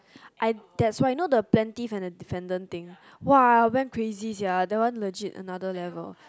I that's why you know the plaintiff and the defendant thing !wah! I went crazy sia that one legit another level